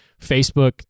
Facebook